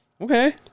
Okay